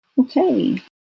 Okay